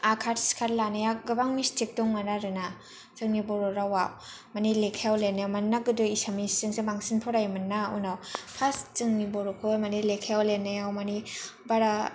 आखार सिखार लानाया गोबां मिस्टेक दंमोन आरो ना जोंनि बर' रावआव मानि लेखायाव लिरनाया मानोना गोदो एसामिसजोंसो बांसिन फरायोमोन ना उनाव फार्स्ट जोंनि बर'खौ मानि लेखायाव लिरनायाव मानि बारा